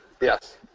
Yes